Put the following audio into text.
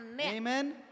Amen